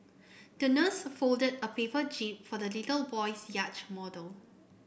the nurse folded a paper jib for the little boy's yacht model